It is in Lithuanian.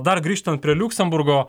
dar grįžtant prie liuksemburgo